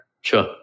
Sure